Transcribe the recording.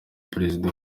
perezida